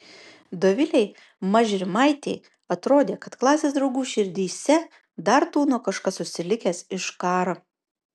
dovilei mažrimaitei atrodė kad klasės draugų širdyse dar tūno kažkas užsilikęs iš karo